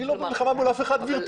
אני לא במלחמה מול אף אחד גברתי,